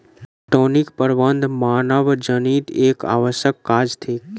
पटौनीक प्रबंध मानवजनीत एक आवश्यक काज थिक